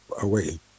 away